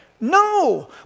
No